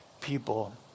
people